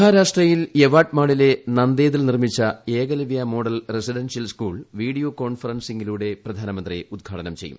മഹാരാഷ്ട്രയിൽ യവാട്മാളിലെ നന്ദേതിൽ നിർമ്മിച്ച Eklavya model residential school video കോൺഫറൻസിംഗിലൂടെ പ്രധാനമന്ത്രി ഉദ്ഘാടനം ചെയ്യും